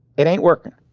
it ain't working.